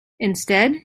instead